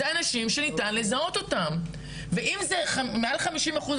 זה אנשים שניתן לזהות אותם ואם זה מעל 50 אחוז,